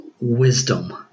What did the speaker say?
wisdom